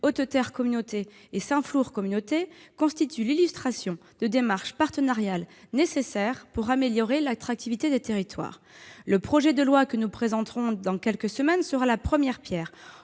Hautes Terres Communauté et Saint-Flour Communauté est l'illustration des démarches partenariales nécessaires pour améliorer l'attractivité des territoires. Le projet de loi que nous présenterons dans quelques semaines sera la première pierre